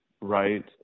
Right